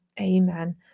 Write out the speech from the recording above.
amen